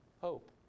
hope